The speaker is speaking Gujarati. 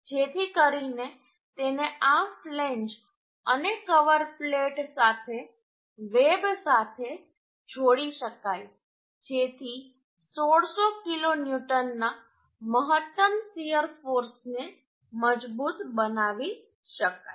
જેથી કરીને તેને આ ફ્લેંજ અને કવર પ્લેટ સાથે વેબ સાથે જોડી શકાય જેથી 1600 કિલોન્યુટનના મહત્તમ શીયર ફોર્સને મજબૂત બનાવી શકાય